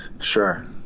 Sure